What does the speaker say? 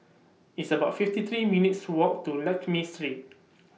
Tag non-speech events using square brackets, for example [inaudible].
It's about fifty three minutes' Walk to Lakme Street [noise]